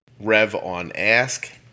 RevOnAsk